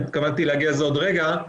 התכוונתי להגיע לזה עוד רגע.